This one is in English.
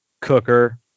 cooker